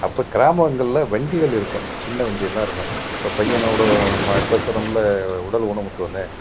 அப்போ கிராமங்களில் வண்டிகள் இருக்கும் சின்ன வண்டியெல்லாம் இருக்கும் இப்போ பையனை விட ம பேசுகிறோமுல்ல உடல் ஊனமுற்றோர்ன்னு